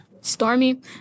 Stormy